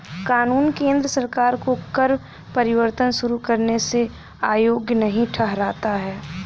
कानून केंद्र सरकार को कर परिवर्तन शुरू करने से अयोग्य नहीं ठहराता है